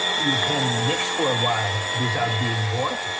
you can niks for a while without being bored.